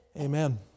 Amen